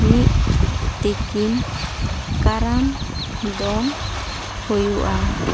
ᱢᱤᱫ ᱛᱮᱠᱤᱱ ᱠᱟᱨᱟᱢ ᱫᱚᱱ ᱦᱩᱭᱩᱜᱼᱟ